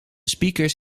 speakers